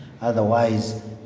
otherwise